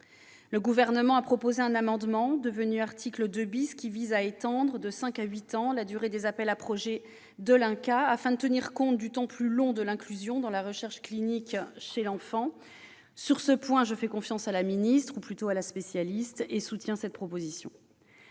Le Gouvernement a proposé un amendement, devenu article 2 , qui vise à étendre de cinq ans à huit ans la durée des appels à projets de l'INCa, afin de tenir compte du temps plus long de l'inclusion dans la recherche clinique chez l'enfant. Sur ce point, je fais confiance à la ministre, ou plutôt à la spécialiste, et je soutiens cette proposition.